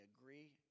agree